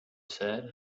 said